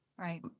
Right